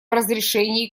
разрешении